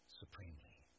supremely